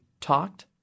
talked